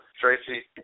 Tracy